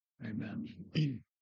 amen